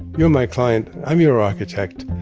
you're my client. i'm your architect.